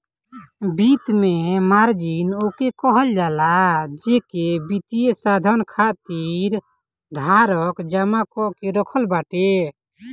वित्त में मार्जिन ओके कहल जाला जेके वित्तीय साधन खातिर धारक जमा कअ के रखत बाटे